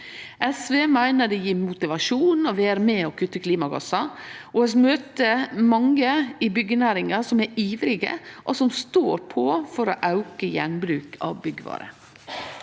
SV meiner det gjev motivasjon å vere med og kutte klimagassar, og vi møter mange i byggjenæringa som er ivrige og står på for å auke gjenbruk av byggjevarer.